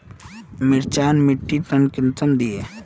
मिर्चान मिट्टीक टन कुंसम दिए?